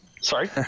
Sorry